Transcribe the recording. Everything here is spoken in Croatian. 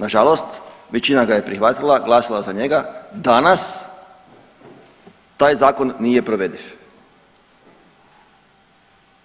Nažalost većina ga je prihvatila, glasala za njega, danas taj zakon nije provediv